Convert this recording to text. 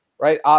right